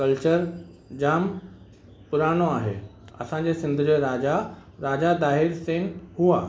culture जाम पुराणो आहे असांजे सिंध जे राजा राजा दाहिर सिंग हुआ